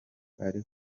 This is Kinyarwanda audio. ari